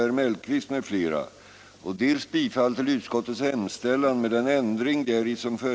den det ej vill röstar nej. det det ej vill röstar nej.